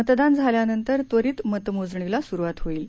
मतदान झाल्यानंतर त्वरीत मतमोजणीला सुरवात होईल